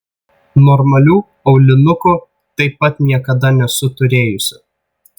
normalių aulinukų taip pat niekada nesu turėjusi